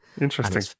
Interesting